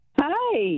Hi